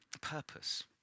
purpose